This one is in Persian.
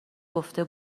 گفته